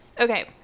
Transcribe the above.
Okay